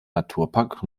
naturpark